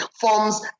forms